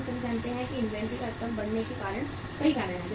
हम सभी जानते हैं कि इन्वेंट्री का स्तर बढ़ने के कई कारण हैं